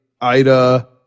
Ida